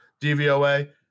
DVOA